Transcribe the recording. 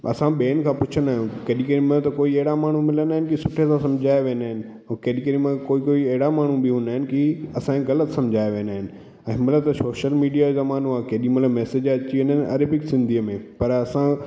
असां ॿियनि खां पुछंदा आहियूं केॾी केॾीमहिल त कोई अहिड़ा माण्हू मिलंदा आहिनि की सुठे सां सम्झाए वेंदा आहिनि ऐं केॾी केॾीमहिल कोई कोई अहिड़ा माण्हू बि हूंदा आहिनि की असांखे ग़लति सम्झाए वेंदा आहिनि हिनमहिल त सोशल मिडिया जा माण्हू आहे केॾीमहिल मेसिज अची वेंदा आहिनि अरेबिक सिंधीअ में पर असां